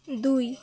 দুই